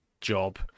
job